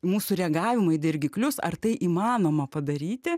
mūsų reagavimą į dirgiklius ar tai įmanoma padaryti